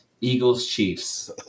Eagles-Chiefs